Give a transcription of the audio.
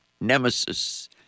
nemesis